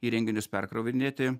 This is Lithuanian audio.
įrenginius perkrovinėti